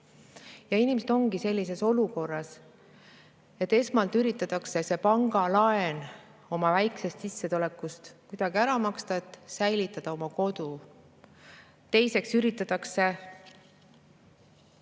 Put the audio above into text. Inimesed on sellises olukorras, et esmalt üritatakse pangalaen oma väikesest sissetulekust kuidagi ära maksta, et säilitada oma kodu. Teiseks üritatakse